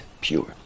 pure